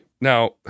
now